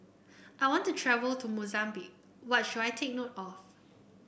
I want to travel to Mozambique what should I take note of